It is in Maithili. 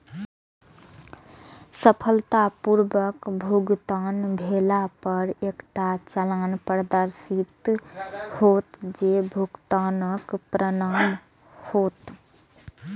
सफलतापूर्वक भुगतान भेला पर एकटा चालान प्रदर्शित हैत, जे भुगतानक प्रमाण हैत